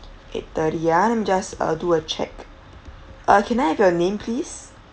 eight thirty ah let me just uh do a check uh can I have your name please